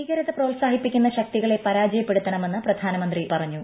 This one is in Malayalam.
ഭീകരത പ്രോത്സാഹിപ്പിക്കുന്ന ശക്തികളെ പരാജയപ്പെടുത്തണമെന്ന് പ്രധാനമന്ത്രി പറഞ്ഞു